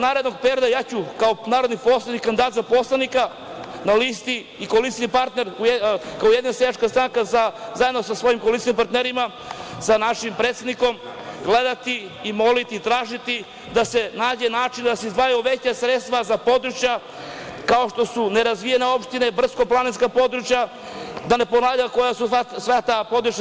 Narednog perioda ja ću kao narodni poslanik, kandidat za poslanika na listi i koalicioni partner, kao Ujedinjena seljačka stranka, zajedno sa svojim koalicionim partnerima, sa našim predsednikom, gledati, moliti i tražiti da se nađe način da se izdvajaju veća sredstva za područja kao što su nerazvijene opštine, brdsko-planinska područja, da ne ponavljam koja su sva ta područja.